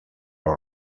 los